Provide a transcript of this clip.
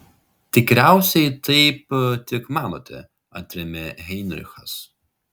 tikriausiai taip tik manote atrėmė heinrichas